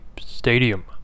stadium